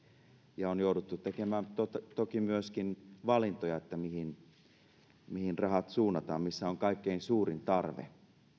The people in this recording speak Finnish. ja on jouduttu tekemään toki myöskin valintoja että mihin mihin rahat suunnataan missä on kaikkein suurin tarve